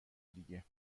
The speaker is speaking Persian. دیگه